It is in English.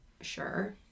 sure